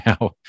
now